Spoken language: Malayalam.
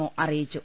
ഒ അറിയിച്ചു